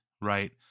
right